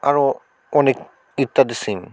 আরো অনেক ইত্যাদি সিম